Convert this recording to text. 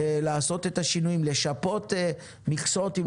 שיפוי מכסות ועוד.